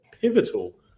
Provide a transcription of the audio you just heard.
pivotal